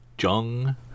Jung